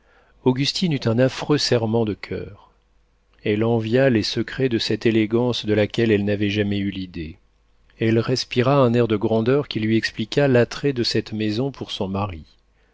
augustine eut un affreux serrement de coeur elle envia les secrets de cette élégance de laquelle elle n'avait jamais eu l'idée elle respira un air de grandeur qui lui expliqua l'attrait de cette maison pour son mari